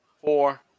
four